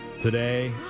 today